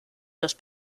los